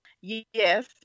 Yes